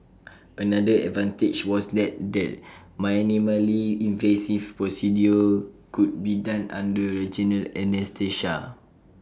another advantage was that the minimally invasive procedure could be done under regional anaesthesia